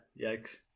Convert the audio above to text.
yikes